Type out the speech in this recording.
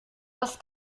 das